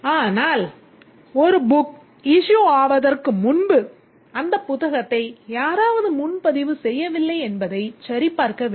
ஆனால் ஒரு book issue ஆவதற்கு முன்பு அந்த புத்தகத்தை யாராவது முன்பதிவு செய்யவில்லை என்பதை சரிபார்க்க வேண்டும்